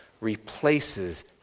replaces